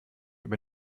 über